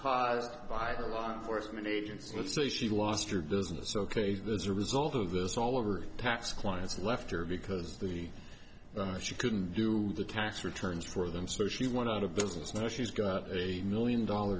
caused by a law enforcement agency let's say she lost your business ok that's a result of this all over tax clients left her because the she couldn't do the cash returns for them so she went out of business now she's got a million dollar